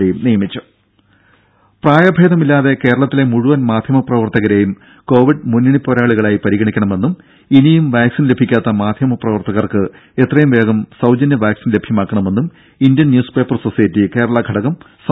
രംഭ പ്രായഭേദമില്ലാതെ കേരളത്തിലെ മുഴുവൻ മാധ്യമ പ്രവർത്തകരെയും കോവിഡ് മുന്നണിപ്പോരാളികളായി പരിഗണി ക്കണമെന്നും ഇനിയും വാക്സിൻ ലഭിക്കാത്ത മാധ്യമ പ്രവർത്തകർക്ക് എത്രയും വേഗം സൌജന്യ വാക്സിൻ ലഭ്യമാക്കണമെന്നും Indian news paper society Kerala ഘടകം സംസ്ഥാന ഗവൺമെന്റിനോടാവശ്യപ്പെട്ടു